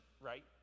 right